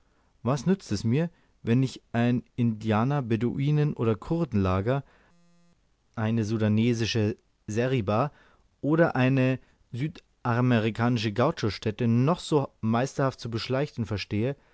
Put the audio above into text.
was nützt es mir wenn ich ein indianer beduinen oder kurdenlager eine sudanesische seribah oder eine südamerikanische gauchostätte noch so meisterhaft zu beschleichen verstehe